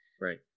Right